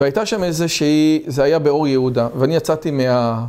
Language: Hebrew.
והייתה שם איזה שהיא, זה היה באור יהודה, ואני יצאתי מה...